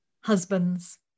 husbands